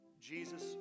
Jesus